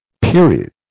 period